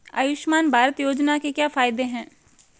आयुष्मान भारत योजना के क्या फायदे हैं?